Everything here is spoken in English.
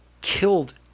killed